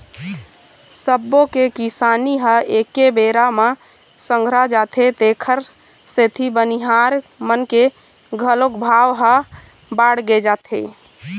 सब्बो के किसानी ह एके बेरा म संघरा जाथे तेखर सेती बनिहार मन के घलोक भाव ह बाड़गे जाथे